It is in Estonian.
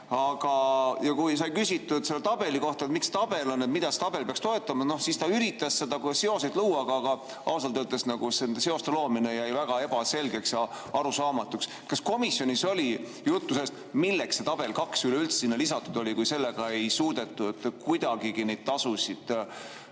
Ja kui sai küsitud selle tabeli kohta, miks see tabel on, mida see tabel peaks toetama, siis ta üritas seal seoseid luua, aga ausalt öeldes see seoste loomine jäi väga ebaselgeks ja arusaamatuks. Kas komisjonis oli juttu sellest, milleks see tabel 2 üleüldse sinna lisatud oli, kui sellega ei suudetud kuidagigi neid tasusid